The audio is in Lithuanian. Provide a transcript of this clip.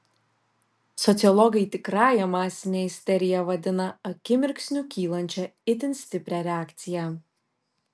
sociologai tikrąja masine isterija vadina akimirksniu kylančią itin stiprią reakciją